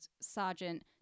Sergeant